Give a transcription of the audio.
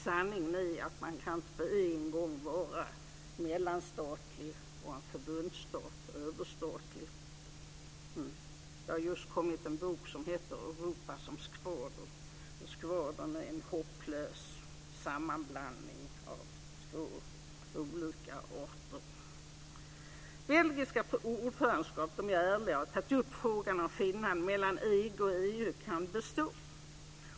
Sanningen är att det inte på en gång kan vara mellanstatligt och en överstatlig förbundsstat. Det har just kommit en bok som heter Europa som skvader. Skvadern är en hopplös sammanblandning av två olika arter. Belgiska ordförandeskapet är ärligt och har tagit upp frågan om skillnaden mellan EG och EU kan bestå.